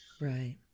Right